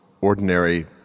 ordinary